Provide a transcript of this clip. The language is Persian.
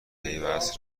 پیوست